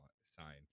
sign